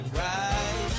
right